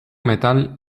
metal